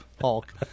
Hulk